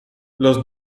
los